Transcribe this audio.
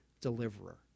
deliverer